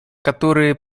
которые